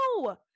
No